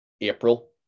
april